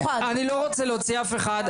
אני לא רוצה להוציא אף אחד.